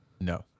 No